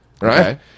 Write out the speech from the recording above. right